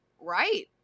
right